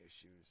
issues